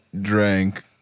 drank